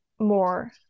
more